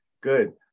Good